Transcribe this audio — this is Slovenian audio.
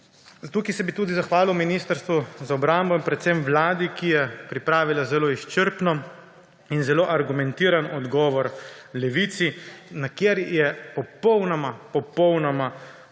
Tukaj bi se tudi zahvalil Ministrstvu za obrambo in predvsem Vladi, ki je pripravila zelo izčrpen in zelo argumentiran odgovor Levici, kjer je popolnoma popolnoma odgovorila